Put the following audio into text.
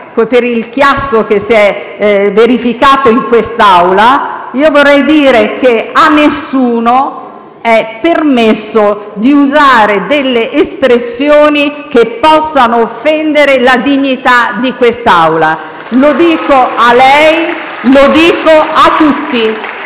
per il chiasso che si è verificato in questa sede, io vorrei dire che a nessuno è permesso di usare delle espressioni che possano offendere la dignità di quest'Aula. Lo dico a lei e lo dico a tutti.